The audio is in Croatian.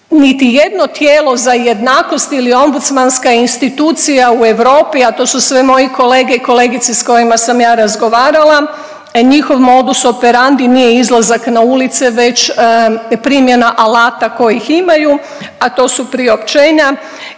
Niti jedno tijelo za jednakost ili ombudsmanska institucija u Europi, a to su sve moji kolege i kolegice sa kojima sam ja razgovarala njihov modus operandi nije izlazak na ulice već primjena alata kojih imaju, a to su priopćenja